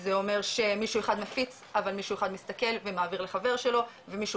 זה אומר שמישהו אחד מפיץ אבל מישהו אחד מסתכל ומעביר לחבר שלו ומישהו